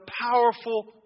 powerful